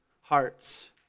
hearts